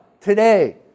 today